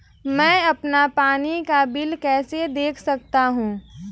मैं अपना पानी का बिल कैसे देख सकता हूँ?